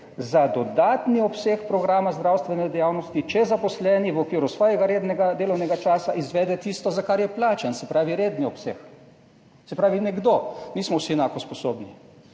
za dodatni obseg programa zdravstvene dejavnosti, če zaposleni v okviru svojega rednega delovnega časa izvede tisto, za kar je plačan, se pravi redni obseg. Se pravi, nekdo nismo vsi enako sposobni,